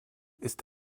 ist